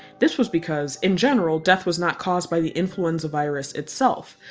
this was because, in general, death was not caused by the influenza virus itself,